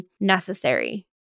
necessary